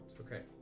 Okay